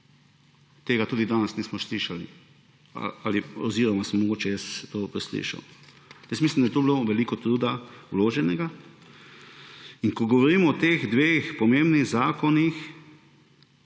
tega tudi danes nismo slišali oziroma sem mogoče jaz to preslišal. Mislim, da je bilo veliko truda vloženega in ko govorimo o teh dveh pomembnih zakonih,